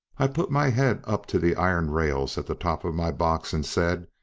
i put my head up to the iron rails at the top of my box, and said,